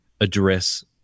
address